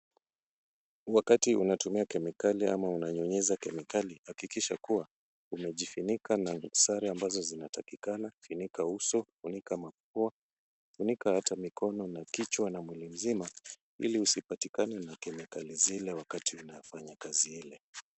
Wakati unatumia kemikali ama unanyunyiza kemikali hakikisha kuwa unajifunika na sare ambazo zinatakikana funika uso, funika mapua, funika hata mikono na kichwa na mwili mzima ili usipatikane na kemikali zile wakati unafanya kazi ile.